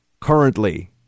currently